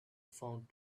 found